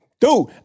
Dude